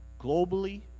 globally